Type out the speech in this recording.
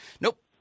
Nope